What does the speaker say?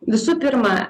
visų pirma